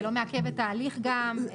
זה לא מעכב את ההליך גם.